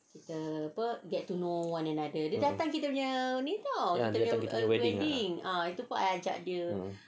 um ya dia datang kita punya wedding a'ah